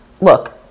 look